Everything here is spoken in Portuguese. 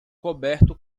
coberto